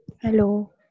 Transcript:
Hello